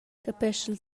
capeschel